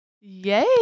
Yay